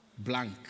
Blank